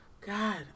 God